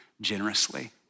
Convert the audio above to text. generously